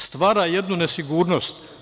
Stvara jednu nesigurnost.